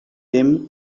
them